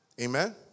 Amen